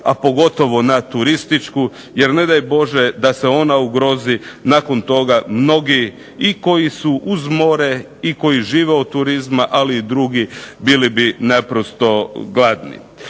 a pogotovo na turističku. Jer ne daj Bože da se ona ugrozi jer nakon toga i mnogi koji su uz more i koji žive od turizma ali i drugi bili bi naprosto gladni.